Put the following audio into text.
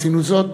עשינו זאת.